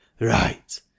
right